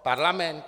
Parlament?